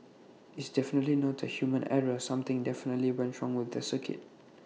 it's definitely not A human error something definitely went wrong with the circuit